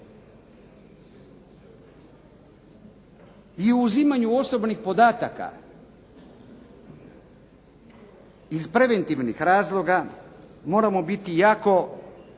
I uzimanju osobnih podataka iz preventivnih razloga moramo biti jako